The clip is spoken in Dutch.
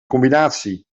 combinatie